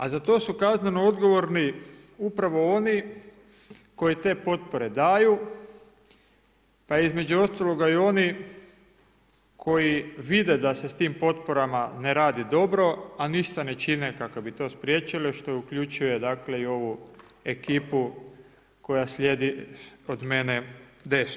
A za to su kazneno odgovorni upravo oni koji te potpore daju, pa između ostaloga oni koji vide da se s tim potporama ne radi dobro, a ništa ne čine kako bi to spriječili što uključuje i ovu ekipu koja sjedi od mene desno.